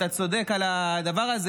אתה צודק על הדבר הזה,